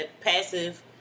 passive